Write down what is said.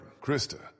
Krista